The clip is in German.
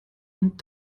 und